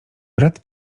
brat